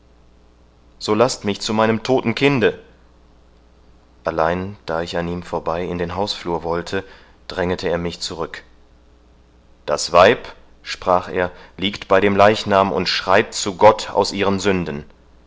so laßt mich zu meinem todten kinde allein da ich an ihm vorbei in den hausflur wollte drängete er mich zurück das weib sprach er liegt bei dem leichnam und schreit zu gott aus ihren sünden